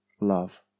love